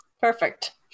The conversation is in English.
Perfect